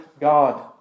God